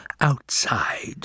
outside